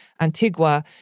Antigua